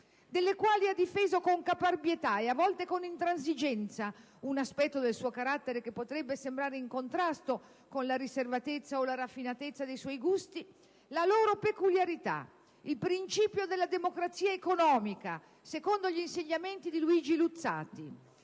delle quali difese con caparbietà, e a volte con intransigenza - un aspetto del suo carattere che potrebbe sembrare in contrasto con la riservatezza o la raffinatezza dei suoi gusti - la peculiarità, il principio della democrazia economica, secondo gli insegnamenti di Luigi Luzzatti.